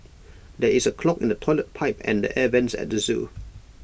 there is A clog in the Toilet Pipe and the air Vents at the Zoo